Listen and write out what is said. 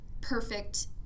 perfect